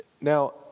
Now